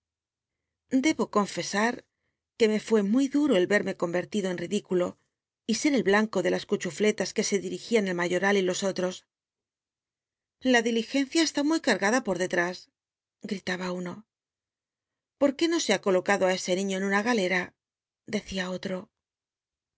debo confesa t que me fué muy duj'o el y ser el blanco de las cuchufletas que se dirigían el mayoral y in oti'os jietas la diligcnt ia e t i muy c ngatla por det is gitaba uno qué no se ha colocado ú ese niiio en una j l o ll'o galera dccia o